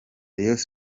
rayons